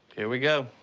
here we go.